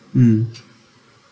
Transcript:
mm